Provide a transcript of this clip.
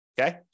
Okay